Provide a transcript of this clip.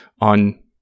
on